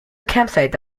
campsites